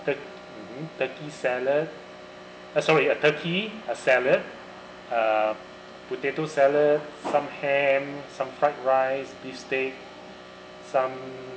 turkey turkey salad uh sorry ya turkey uh salad uh potato salad some ham some fried rice beef steak some